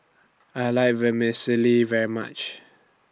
I like Vermicelli very much